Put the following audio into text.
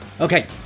okay